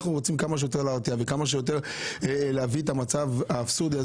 אנחנו רוצים כמה שיותר להרתיע וכמה שיותר לסיים את המצב האבסורדי הזה